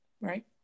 right